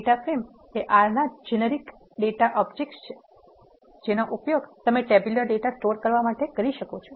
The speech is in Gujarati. ડેટા ફ્રેમ એ R ના જેનેરિક ડેટા ઓબ્જેક્ત્સ છે જેનો ઉપયોગ તમે ટેબ્યુલર ડેટા સ્ટોર કરવા માટે કરો છો